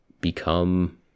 become